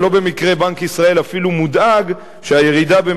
ולא במקרה בנק ישראל אפילו מודאג שהירידה הצפויה